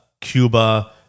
Cuba